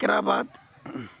एकरा बाद